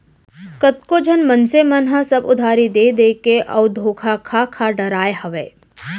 कतको झन मनसे मन ह सब उधारी देय देय के अउ धोखा खा खा डेराय हावय